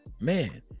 Man